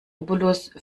obolus